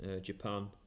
Japan